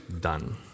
done